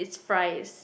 surprised